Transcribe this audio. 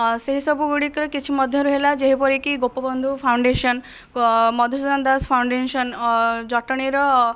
ସେହି ସବୁ ଗୁଡ଼ିକରେ କିଛି ମଧ୍ୟରୁ ହେଲା ଯେଉଁପରି କି ଗୋପବନ୍ଧୁ ଫାଉଣ୍ଡେସନ ମଧୁସୂଦନ ଦାସ ଫାଉଣ୍ଡେସନ ଜଟଣୀର